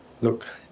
Look